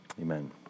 amen